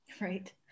Right